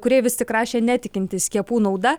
kurie vis tik rašė netikintys skiepų nauda